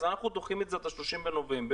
אנחנו דוחים את זה עד ה-30 בנובמבר,